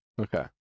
okay